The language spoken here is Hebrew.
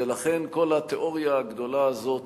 ולכן כל התיאוריה הגדולה הזאת